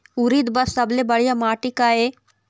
उरीद बर सबले बढ़िया माटी का ये?